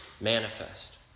manifest